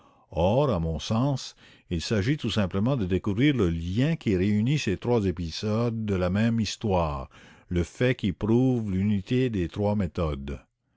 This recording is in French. à mon sens il s'agit tout simplement de découvrir le lien qui réunit ces trois épisodes de la même histoire le détail qui prouve l'unité des trois méthodes